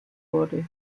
wurde